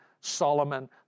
Solomon